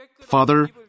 Father